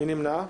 מי נמנע?